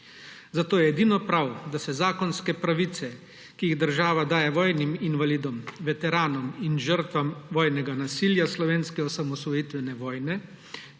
Zato je edino prav, da se zakonske pravice, ki jih država daje vojnim invalidom, veteranom in žrtvam vojnega nasilja slovenske osamosvojitvene vojne,